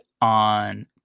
on